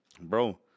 Bro